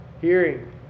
hearing